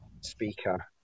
speaker